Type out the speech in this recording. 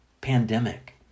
pandemic